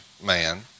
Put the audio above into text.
man